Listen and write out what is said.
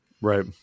right